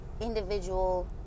individual